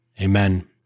Amen